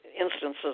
instances